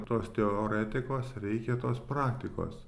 tos teoretiko reikia tos praktikos